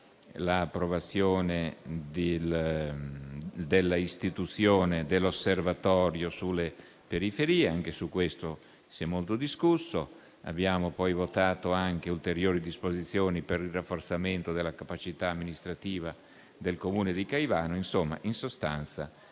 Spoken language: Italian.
l'approvazione dell'istituzione dell'osservatorio sulle periferie. Anche su questo si è molto discusso. Abbiamo poi votato anche ulteriori disposizioni per il rafforzamento della capacità amministrativa del comune di Caivano. In sostanza,